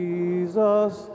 Jesus